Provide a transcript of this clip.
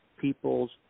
people's